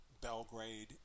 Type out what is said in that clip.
Belgrade